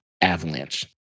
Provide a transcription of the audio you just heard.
avalanche